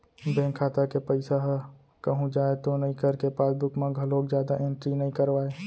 bank खाता के पइसा ह कहूँ जाए तो नइ करके पासबूक म घलोक जादा एंटरी नइ करवाय